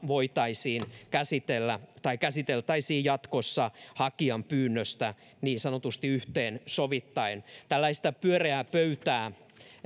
voitaisiin käsitellä tai käsiteltäisiin jatkossa hakijan pyynnöstä niin sanotusti yhteen sovittaen tällaista pyöreää pöytää